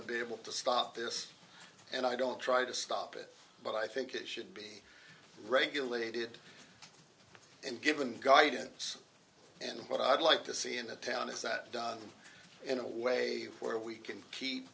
to be able to stop this and i don't try to stop it but i think it should be regulated and given guidance and what i'd like to see in that town is that in a way where we can keep